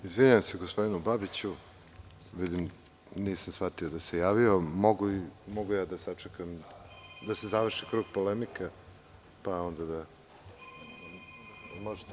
Izvinjavam se gospodinu Babiću, nisam shvatio da se javio, mogu da sačekam da se završi krug polemika pa onda da odgovorim.